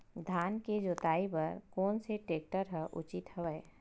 धान के जोताई बर कोन से टेक्टर ह उचित हवय?